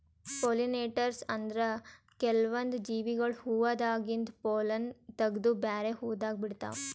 pollinators ಅಂದ್ರ ಕೆಲ್ವನ್ದ್ ಜೀವಿಗೊಳ್ ಹೂವಾದಾಗಿಂದ್ ಪೊಲ್ಲನ್ ತಗದು ಬ್ಯಾರೆ ಹೂವಾದಾಗ ಬಿಡ್ತಾವ್